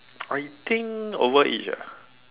I think overage ah